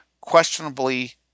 questionably